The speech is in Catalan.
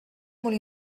molt